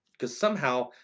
because somehow,